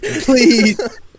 Please